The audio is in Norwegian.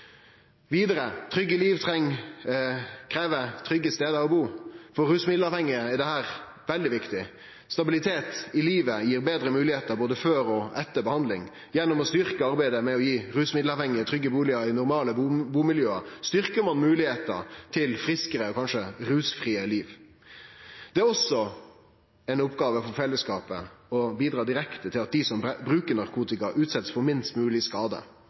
Vidare: Trygge liv treng, krev, trygge stader å bu. For rusmiddelavhengige er dette veldig viktig. Stabilitet i livet gir betre moglegheiter både før og etter behandling. Gjennom å styrkje arbeidet med å gi rusmiddelavhengige trygge bustader i normale bumiljø styrkjer ein moglegheita til friskare og kanskje rusfrie liv. Det er også ei oppgåve for fellesskapet å bidra direkte til at dei som bruker narkotika, blir utsette for minst mogleg skade.